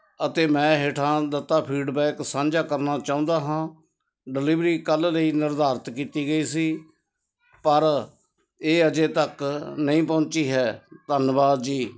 ਅਤੇ ਮੈਂ ਹੇਠਾਂ ਦਿੱਤਾ ਫੀਡਬੈਕ ਸਾਂਝਾ ਕਰਨਾ ਚਾਹੁੰਦਾ ਹਾਂ ਡਿਲੀਵਰੀ ਕੱਲ੍ਹ ਲਈ ਨਿਰਧਾਰਤ ਕੀਤੀ ਗਈ ਸੀ ਪਰ ਇਹ ਅਜੇ ਤੱਕ ਨਹੀਂ ਪਹੁੰਚੀ ਹੈ ਧੰਨਵਾਦ ਜੀ